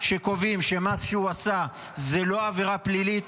שקובעים שמה שהוא עשה הוא לא עבירה פלילית,